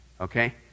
okay